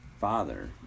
father